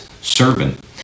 servant